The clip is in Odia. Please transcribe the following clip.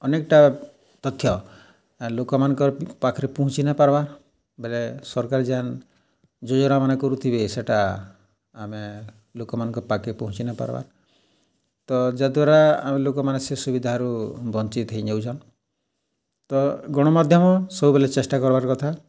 ଅନେକ୍ଟା ତଥ୍ୟ ଲୋକ୍ମାନ୍ଙ୍କର୍ ପାଖ୍ରେ ପୁହଞ୍ଚି ନାଇଁ ପାର୍ବା ବେଲେ ସର୍କାର୍ ଯେନ୍ ଯୋଜନାମାନେ କରୁଥିବେ ସେଟା ଆମେ ଲୋକ୍ମାନ୍ଙ୍କର୍ ପାଖେ ପହଞ୍ଚି ନାଇଁ ପାର୍ବା ତ ଯାହା ଦ୍ୱାରା ଲୋକ୍ମାନେ ସେ ସୁବିଧାରୁ ବଞ୍ଚିତ୍ ହେଇଯାଉଚନ୍ ତ ଗଣମାଧ୍ୟମ ସବୁବେଲେ ଚେଷ୍ଟା କରବାର୍ କଥା